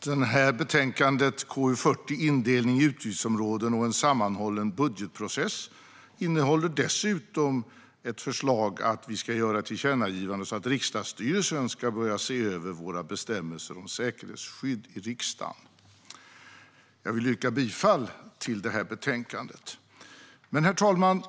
Herr talman! Betänkande KU40, Indelning i utgiftsområden och en sammanhållen budgetprocess , innehåller dessutom ett förslag om att vi ska göra ett tillkännagivande om att riksdagsstyrelsen ska se över bestämmelser om säkerhetsskydd i riksdagen. Jag yrkar bifall till förslaget i betänkandet. Herr talman!